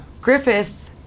Griffith